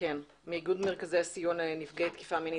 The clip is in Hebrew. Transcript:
מאיגוד מרכזי הסיוע לנפגעי תקיפה מינית.